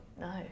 No